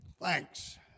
Thanks